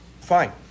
Fine